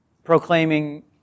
proclaiming